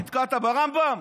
נתקעת ברמב"ם?